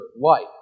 life